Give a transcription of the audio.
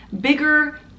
bigger